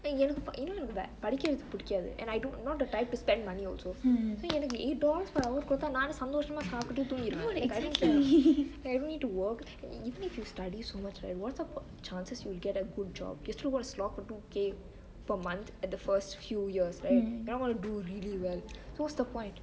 !hey! எனக்கு இன்னு படிக்கரது புடிக்காது:enaku innu padikarathu pudikaathu and I'm not the type to spend money also எனக்கு கொடுத்தா நானு சந்தோஷமா சாப்ட்டு தூங்கிருவெ:enaku koduthaa naanu santhoshemaa saaptu toongiruve so I don't need to work even if you study so much right what's the chances you will get a good job you will need to slog at two K per month at the first few years right you're not going to do really well so what is the point